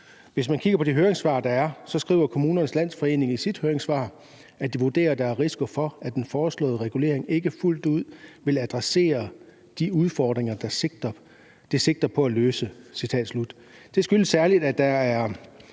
Hvis man kigger på de høringssvar, der er, skriver Kommunernes Landsforening i sit høringssvar, at de vurderer, at der er risiko for, at den foreslåede regulering ikke fuldt ud vil adressere de udfordringer, den sigter på at løse.